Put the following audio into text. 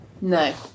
No